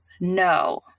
no